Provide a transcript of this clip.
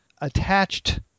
attached